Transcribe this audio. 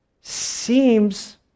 seems